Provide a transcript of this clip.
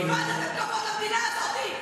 איבדתם את הכבוד למדינה הזאת,